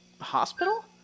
hospital